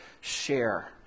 share